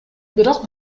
бирок